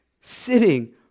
sitting